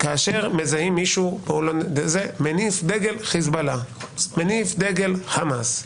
כאשר מזהים מישהו מניף דגל חיזבאללה, דגל חמאס?